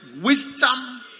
wisdom